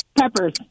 Peppers